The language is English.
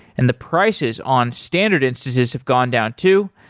and the prices on standard instances have gone down too.